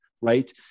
right